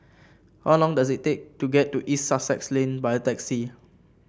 how long does it take to get to East Sussex Lane by taxi